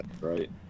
right